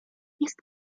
jest